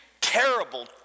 terrible